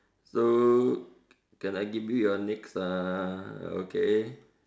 so can I give you your next uh okay